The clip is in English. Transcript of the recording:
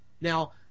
Now